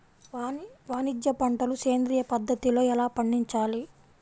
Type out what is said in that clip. వాణిజ్య పంటలు సేంద్రియ పద్ధతిలో ఎలా పండించాలి?